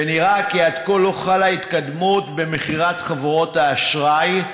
ונראה כי עד כה לא חלה התקדמות במכירת חברות האשראי,